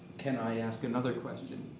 can i ask another question?